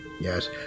Yes